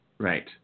Right